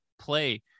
play